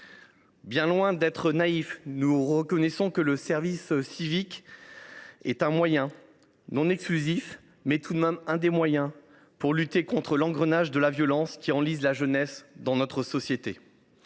Bien loin d’être naïfs, nous reconnaissons que le service civique est un moyen – non le seul moyen, mais tout de même l’un des moyens – de lutter contre l’engrenage de la violence qui enlise la jeunesse dans notre société.